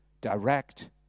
direct